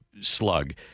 slug